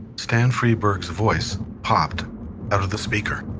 stan freberg's voice popped out of the speaker.